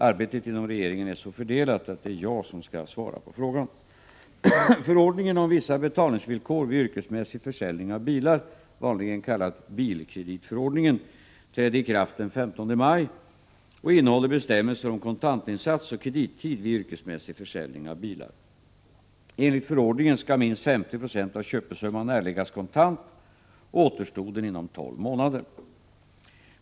Arbetet inom regeringen är så fördelat att det är jag som skall svara på frågan.